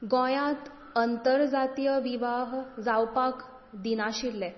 गोंयांत आंतरजातीय विवाह जावपाक दिनाशिल्ले